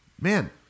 man